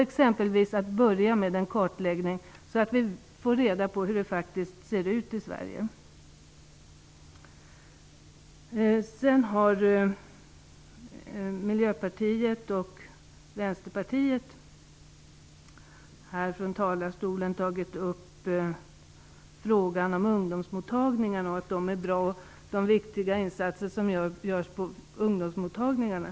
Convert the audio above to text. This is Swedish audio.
Exempelvis kan man börja med en kartläggning, så att vi får reda på hur det faktiskt ser ut i Företrädare för Miljöpartiet och Vänsterpartiet har här i talarstolen tagit upp frågan om ungdomsmottagningar och sagt att de är bra och att viktiga insatser görs på ungdomsmottagningarna.